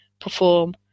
perform